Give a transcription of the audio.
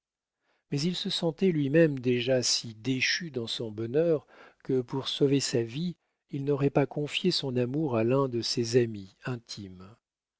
mais il se sentait lui-même déjà si déchu dans son bonheur que pour sauver sa vie il n'aurait pas confié son amour à l'un de ses amis intimes